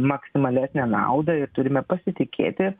maksimalesnę naudą ir turime pasitikėti